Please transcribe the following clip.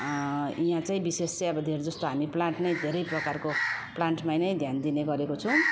यहाँ चाहिँ विशेष चाहिँ अब धेर जस्तो हामी प्लान्ट नै धेरै प्रकारको प्लान्टमा नै ध्यान दिने गरेको छौँ